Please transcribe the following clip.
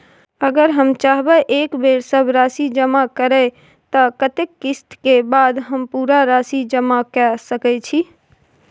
अगर हम चाहबे एक बेर सब राशि जमा करे त कत्ते किस्त के बाद हम पूरा राशि जमा के सके छि?